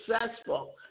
successful